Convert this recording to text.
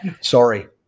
Sorry